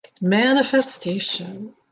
Manifestation